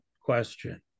question